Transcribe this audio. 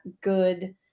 good